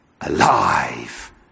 alive